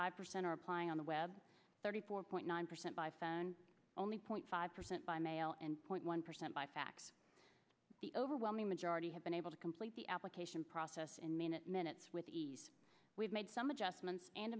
five percent are applying on the web thirty four point nine percent by phone only point five percent by mail and point one percent by fax the overwhelming majority have been able to complete the application process in minute minutes with ease we've made some adjustments and